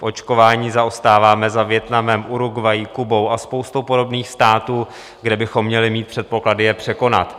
V očkování zaostáváme za Vietnamem, Uruguayí, Kubou a spoustou podobných států, kde bychom měli mít předpoklady je překonat.